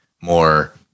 more